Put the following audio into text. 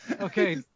Okay